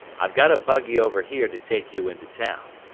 i've got a buggy over here to take you into town.